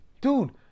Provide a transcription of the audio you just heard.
Dude